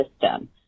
system